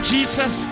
Jesus